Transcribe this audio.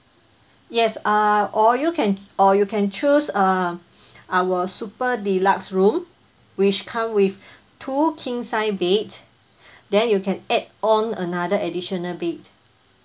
yes err or you can or you can choose err our super deluxe room which come with two king size bed then you can add on another additional bed